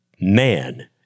man